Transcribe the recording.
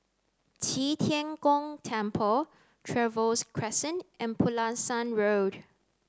Qi Tian Gong Temple Trevose Crescent and Pulasan Road